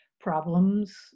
problems